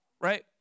right